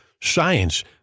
science